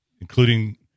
including